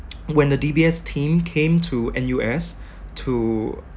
when the D_B_S team came to N_U_S to